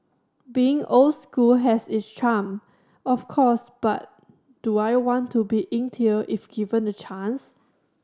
being old school has its charm of course but do I want to be inked here if given the chance